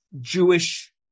Jewish